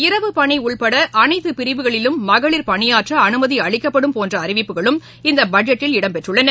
இரவுப் பணி உப்பட அனைத்து பிரிவுகளிலும் மகளிர் பணியாற்ற அனுமதி அளிக்கப்படும் போன்ற அறிவிப்புகளும் இந்த பட்ஜெட்டில் இடம்பெற்றுள்ளன